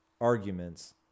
arguments